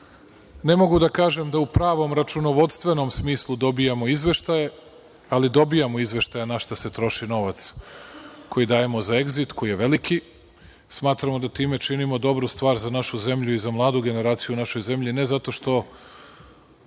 ne mogu da kažem da u pravom računovodstvenom smislu dobijamo izveštaje, ali dobijamo izveštaje na šta se troši novac koji dajemo za Egzit, koji je veliki. Smatramo da time činimo dobru stvar za našu zemlju i za mladu generaciju u našoj zemlji, ne zato što